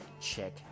Check